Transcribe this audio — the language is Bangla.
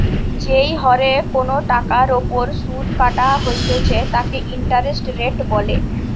যেই হরে কোনো টাকার ওপর শুধ কাটা হইতেছে তাকে ইন্টারেস্ট রেট বলে